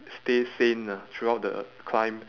stay sane ah throughout the climb